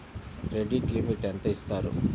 Credit limit ఎంత ఇస్తారు?